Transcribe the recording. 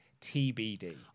TBD